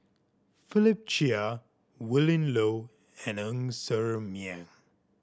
Philip Chia Willin Low and Ng Ser Miang